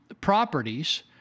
properties